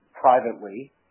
privately